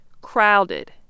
Crowded